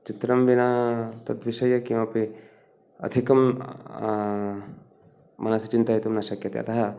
चित्रं विना तत् विषये किमपि अधिकं मनसि चिन्तयितुं न शक्यते अतः